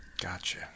Gotcha